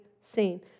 seen